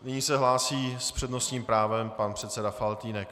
Nyní se hlásí s přednostním právem pan předseda Faltýnek.